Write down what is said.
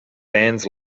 bands